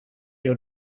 your